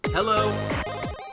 Hello